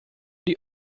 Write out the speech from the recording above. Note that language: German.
die